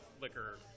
liquor